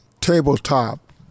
tabletop